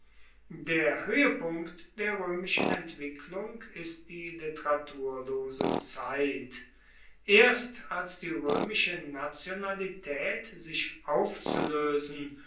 der hoehepunkt der roemischen entwicklung ist die literaturlose zeit erst als die roemische nationalitaet sich aufzuloesen